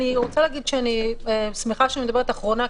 -- אני שמחה שאני מדברת אחרונה,